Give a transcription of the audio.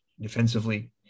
defensively